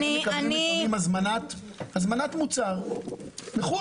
אתם מקבלים לפעמים הזמנת מוצר מחוץ